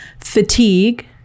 fatigue